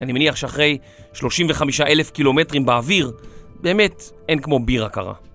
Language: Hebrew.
אני מניח שאחרי 35,000 קילומטרים באוויר, באמת אין כמו בירה קרה.